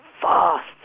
fast